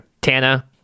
Tana